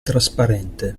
trasparente